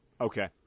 Okay